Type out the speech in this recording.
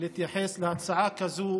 להתייחס להצעה כזו